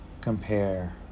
compare